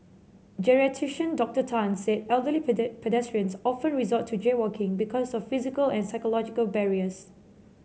Geriatrician Doctor Tan said elderly pedestrians often resort to jaywalking because of physical and psychological barriers